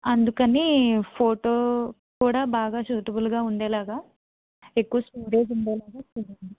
అందుకని ఫోటో కూడా బాగా సూటబుల్గా ఉండేలాగా ఎక్కువ స్టోరేజ్ ఉండేలాగా చూడండి